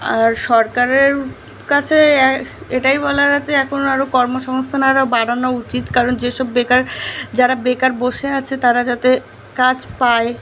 আর সরকারের কাছে এ এটাই বলার আছে এখন আরো কর্মসংস্থান আরো বাড়ানো উচিত কারণ যেসব বেকার যারা বেকার বসে আছে তারা যাতে কাজ পায়